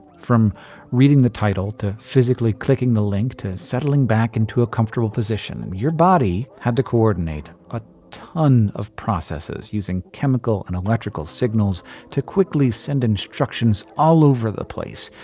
from reading the title to physically clicking the link to settling back into a comfortable position, your body had to coordinate a ton of processes using chemical and electrical signals to quickly send instructions all over the place.